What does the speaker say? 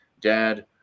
dad